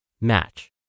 Match